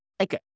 Okay